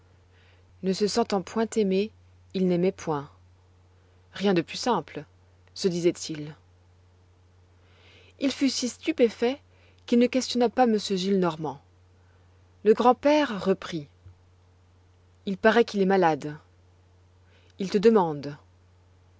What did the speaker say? ne se sentant point aimé il n'aimait point rien de plus simple se disait-il il fut si stupéfait qu'il ne questionna pas m gillenormand le grand-père reprit il paraît qu'il est malade il te demande